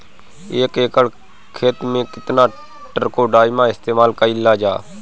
एक एकड़ खेत में कितना ट्राइकोडर्मा इस्तेमाल कईल जाला?